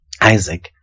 Isaac